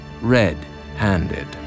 red-handed